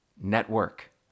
network